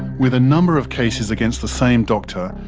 with a number of cases against the same doctor,